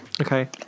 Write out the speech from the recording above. Okay